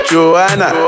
Joanna